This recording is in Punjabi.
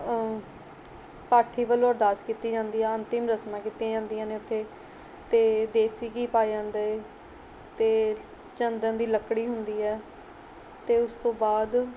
ਪਾਠੀ ਵੱਲੋਂ ਅਰਦਾਸ ਕੀਤੀ ਜਾਂਦੀ ਆ ਅੰਤਿਮ ਰਸਮਾਂ ਕੀਤੀਆਂ ਜਾਂਦੀਆਂ ਨੇ ਉੱਥੇ ਅਤੇ ਦੇਸੀ ਘੀ ਪਾਏ ਜਾਂਦੇ ਅਤੇ ਚੰਦਨ ਦੀ ਲੱਕੜੀ ਹੁੰਦੀ ਹੈ ਅਤੇ ਉਸ ਤੋਂ ਬਾਅਦ